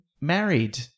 married